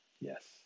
Yes